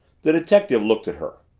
the detective looked at her.